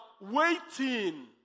waiting